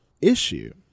issue